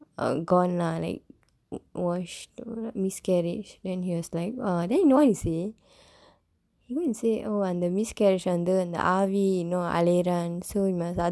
gone lah like washed miscarriage then he was like err then you know what he say oh அந்த:andtha miscarriage வந்து அந்த ஆவி இன்னும் அலைகிறான்:vandthu andtha aavi innum alaikiraan so we must